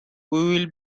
will